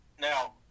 now